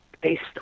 based